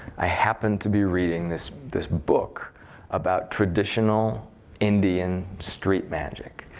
i happened to be reading this this book about traditional indian street magic.